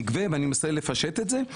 שאנחנו נגבה, ואני מנסה לפשט את זה.